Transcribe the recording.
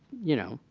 you know,